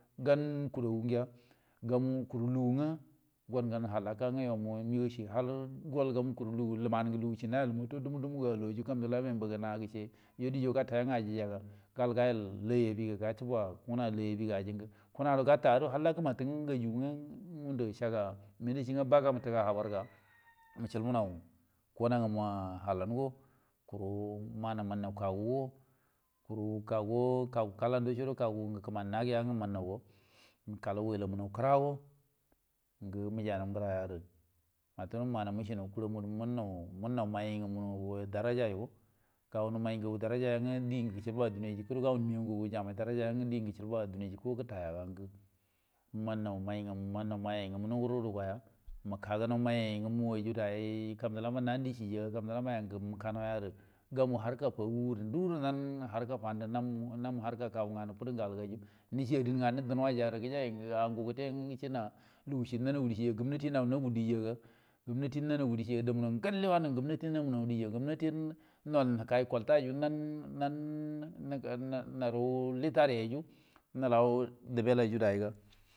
Gan kuro gunya gawu kuru lugu nge gan halaka yo mugungu migau shi har gomu kuru lugushi nayan moto dumu dumu alui kamlamai ga mbo ga nagushi yo diyo gata nge ajiyaga gal gayau lai abi ga ga chi bu kunaa lai abi miya ga aji nge kunaro gata hallagu matu gaju nge gundu saga minda shinge baga matu ga habar ga muchuunau kuna halango kuru wanau kagugo kuru kago kagu kala dasoro kuman nagu ya nge mannau go mukalau ulauwuniu kura go ngo mujiu nau gura yagur mar tuno muma mucha nau kura munau munau maaiyai nge munau darjie go gagunu mai nge ar ji da nge gichibu a dinajikuro ga gunu mugau gagu jamai dengei guchibua dina jukuro nge tayaga nge manno mai maiyai ngo mu gorundu goyai muka gunou mayai nge dayai goya kam dulama nan dishigoya kam dulamai nge mukanau yaru gamu harka fagu dura nan harka fan du na mu herka kagu ngena fidu nge algairi nichi adin ngenil ri dunaya guru gejaiya guja lugushi nayagu dishiyage gummanati nau nagu diyaga gummanati gaile namu litaraimu nulau dubillei ra dai ga.